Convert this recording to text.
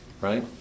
right